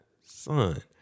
son